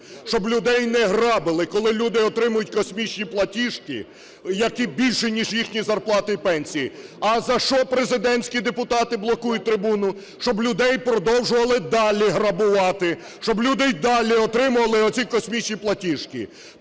щоб людей не грабили, коли люди отримують космічні платіжки, які більші ніж їхні зарплати і пенсії. А за що президентські депутати блокують трибуну? Щоб людей продовжували далі грабувати, щоб люди і далі отримували оці космічні платіжки.